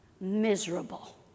miserable